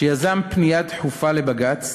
שיזם פנייה דחופה לבג"ץ,